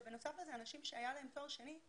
בנוסף לזה, אנשים שהיה להם תואר שני,